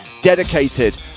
dedicated